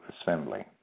assembly